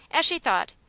as she thought,